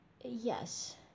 Yes